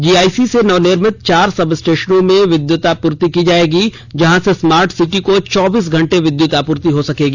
GIC से नवनिर्मित चार सब स्टेशनों में विद्युतापूर्ति की जायेगी जहां से स्मार्ट सिटी को चौबीस घंटे विद्युत आपूर्ति हो सकेगी